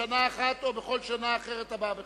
בשנה אחת או בכל שנה אחרת שבאה בחשבון.